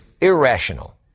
irrational